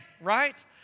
right